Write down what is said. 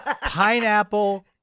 Pineapple